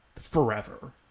forever